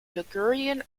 ligurian